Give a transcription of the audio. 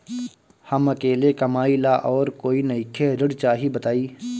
हम अकेले कमाई ला और कोई नइखे ऋण चाही बताई?